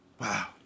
Wow